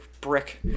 brick